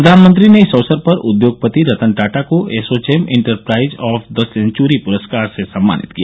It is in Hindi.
प्रधानमंत्री ने इस अवसर पर उद्योगपति रतन टाटा को ASSOCHAM enterprise of the century पुरस्कार से सम्मानित किया